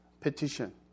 petition